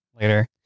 later